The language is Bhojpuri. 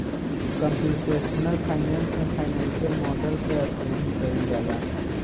कंप्यूटेशनल फाइनेंस में फाइनेंसियल मॉडल के अध्ययन कईल जाला